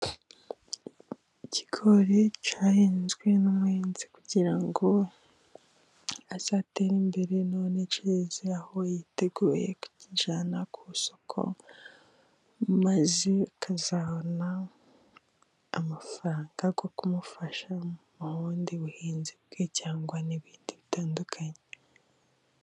Ikigori cyahinzwe n'umuhinzi kugira ngo azatere imbere，none kireze aho yiteguye kukijyana ku isoko， maze akazabona amafaranga yo kumufasha mu bundi buhinzi bwe， cyangwa n'ibindi bitandukanye.